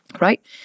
right